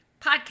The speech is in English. podcast